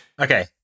Okay